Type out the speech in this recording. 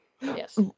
Yes